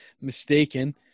mistaken